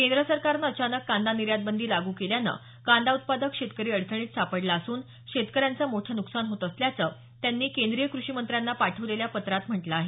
केंद्र सरकारनं अचानक कांदा निर्यातबंदी लागू केल्यानं कांदा उत्पादक शेतकरी अडचणीत सापडला असून शेतकऱ्यांचं मोठं नुकसान होत असल्याचं त्यांनी केंद्रीय कृषीमंत्र्यांना पाठवलेल्या पत्रात म्हटलं आहे